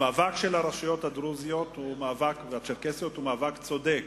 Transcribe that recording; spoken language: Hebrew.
המאבק של הרשויות הדרוזיות והצ'רקסיות הוא מאבק צודק,